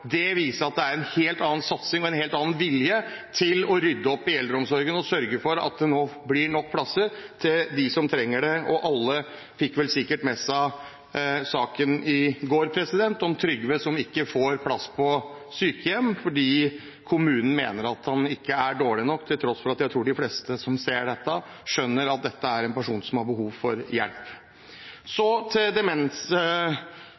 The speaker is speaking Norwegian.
Det viser at det er en helt annen satsing og en helt annen vilje til å rydde opp i eldreomsorgen og sørge for at det blir nok plasser til dem som trenger det. Alle fikk vel sikkert med seg saken i går om Trygve som ikke får plass på sykehjem fordi kommunen mener at han ikke er dårlig nok, til tross for at jeg tror de fleste som ser dette, skjønner at dette er en person som har behov for hjelp.